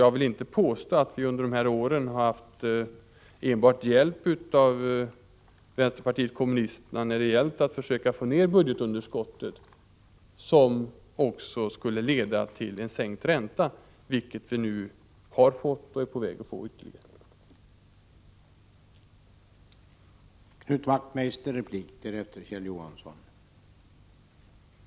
Jag vill inte påstå att vi under dessa år enbart haft hjälp av vpk när det gällt att försöka få ned budgetunderskottet och därmed räntan, vilket vi också lyckats med. Vi skall försöka få ned det ytterligare.